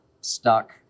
stuck